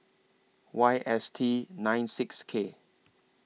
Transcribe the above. Y S T nine six K